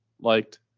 liked